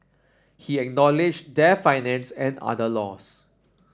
he acknowledged their financial and other loss